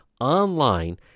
online